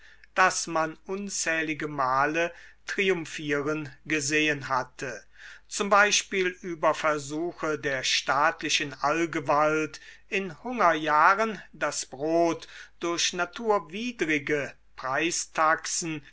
das man unzählige male triumphieren gesehen hatte z b über versuche der staatlichen allgewalt in hungerjahren das brot durch naturwidrige